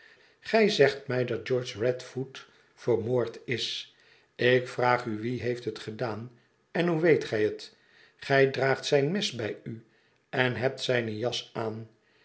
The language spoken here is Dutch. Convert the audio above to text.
gij zegt mij éax george radfoot vermoord is ik vraag u wie heeft het gedaan en hoe weet gij het gij draagt zijn mes bij u en hebt zijne jas aan